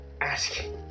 asking